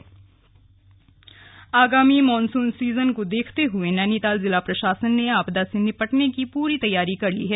monsoon alert आगामी monsoon season को देखते हए नैनीताल जिला प्रशासन ने आपदा से निपटने की पूरी तैयारी कर ली है